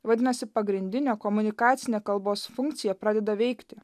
vadinasi pagrindinė komunikacinė kalbos funkcija pradeda veikti